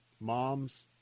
Moms